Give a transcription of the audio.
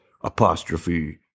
apostrophe